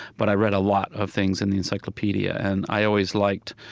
but i read a lot of things in the encyclopedia. and i always liked,